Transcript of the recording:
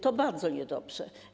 To bardzo niedobrze.